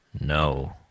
no